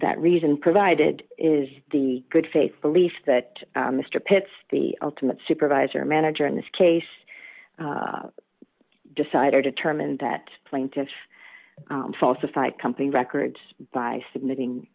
that reason provided is the good faith belief that mr pitts the ultimate supervisor or manager in this case decide or determine that plaintiff falsified company records by submitting